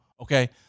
okay